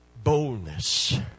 Boldness